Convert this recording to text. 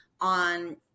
on